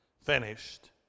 finished